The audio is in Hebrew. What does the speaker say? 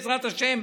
בעזרת השם,